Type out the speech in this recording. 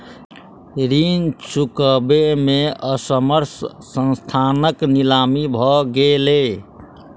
ऋण चुकबै में असमर्थ संस्थानक नीलामी भ गेलै